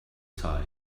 side